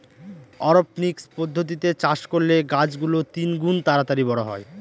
অরপনিক্স পদ্ধতিতে চাষ করলে গাছ গুলো তিনগুন তাড়াতাড়ি বড়ো হয়